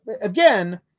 again